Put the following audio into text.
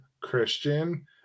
christian